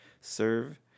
serve